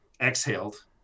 exhaled